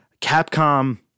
Capcom